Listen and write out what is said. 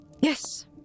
Yes